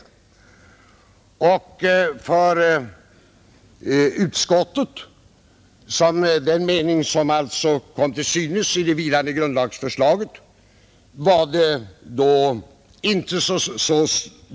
Det var inte heller svårt för utskottet att följa regeringens förslag, sådant det kom till synes i det vilande grundlagsförslaget. Herr talman!